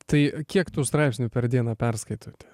tai kiek tų straipsnių per dieną perskaitote